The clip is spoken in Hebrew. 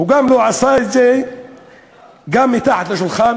הוא גם לא עשה את זה מתחת לשולחן,